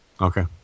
Okay